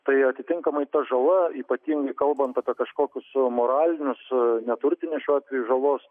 tai atitinkamai ta žala ypatingai kalbant apie kažkokius su moraliniu su neturtine šiuo atveju žalos